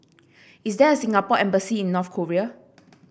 is there a Singapore Embassy in North Korea